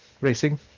racing